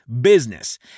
business